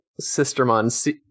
Sistermon